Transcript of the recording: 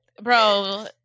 Bro